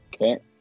Okay